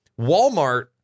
Walmart